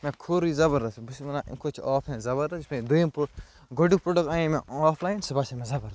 مےٚ کھوٚر یہِ زبردَست بہٕ چھُس وَنان اَمہِ کھۄتہٕ چھُ آف لایِن زبردَست یُس مےٚ دوٚیِم پرٛو گۄڈٕنیٛک پرٛڈوکٹہٕ اَنے مےٚ آف لایِن سُہ باسیٛو مےٚ زبردست